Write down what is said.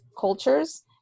cultures